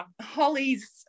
Holly's